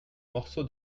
morceau